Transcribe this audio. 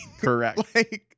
Correct